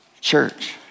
church